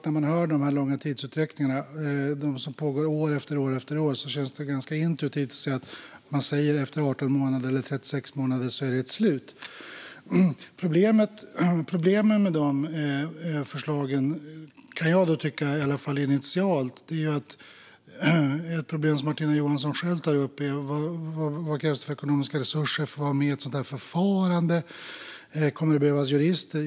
När man hör om de långa tidsutdräkterna, de fall som pågår år efter år, känns det intuitivt ganska naturligt att man efter 18 eller 36 månader skulle säga att det var slut. Problemet med dessa förslag, i alla fall initialt - och det är ett problem som Martina Johansson själv tar upp - är vad det krävs för ekonomiska resurser för att vara med i ett sådant förfarande. Kommer det att behövas jurister?